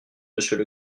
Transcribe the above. monsieur